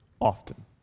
often